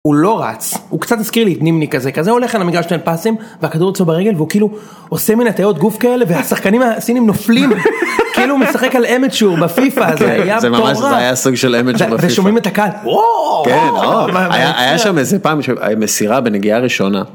הוא לא רץ הוא קצת הזכיר לי את נמני כזה כזה הולך על המגרש של פסים והכדור אצלו ברגל והוא כאילו עושה מן הטעיות גוף כאלה והשחקנים הסינים נופלים כאילו הוא משחק על אמת שהוא בפיפא זה היה סוג של אמת שומעים את הקהל. פעם שמסירה בנגיעה ראשונה.